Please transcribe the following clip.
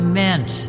meant